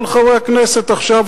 מה יצביעו כל חברי הכנסת עכשיו,